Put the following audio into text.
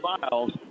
Miles